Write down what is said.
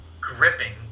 gripping